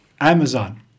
Amazon